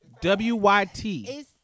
W-Y-T